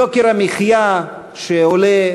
יוקר המחיה שעולה,